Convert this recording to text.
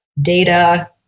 data